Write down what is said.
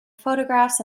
photographs